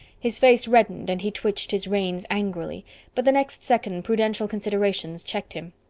his face reddened and he twitched his reins angrily but the next second prudential considerations checked him.